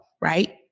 right